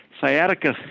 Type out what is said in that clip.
Sciatica